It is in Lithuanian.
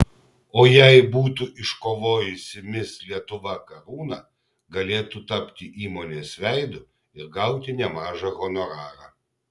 o jei būtų iškovojusi mis lietuva karūną galėtų tapti įmonės veidu ir gauti nemažą honorarą